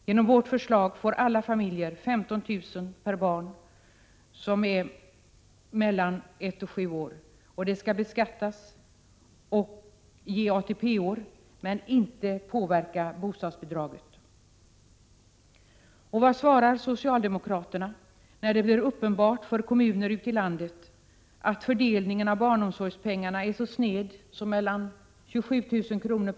Genom vårt förslag får alla familjer 15 000 kr. per barn som är mellan ett och sju år. Pengarna skall beskattas och ge ATP-år men inte påverka bostadsbidraget. Vad svarar socialdemokraterna när det blir uppenbart för kommunerna ute i landet att fördelningen av barnomsorgspengarna är så sned som t.ex. 27 000 kr.